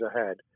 ahead